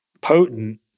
potent